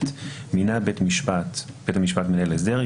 מינה בית המשפט מנהל הסדר,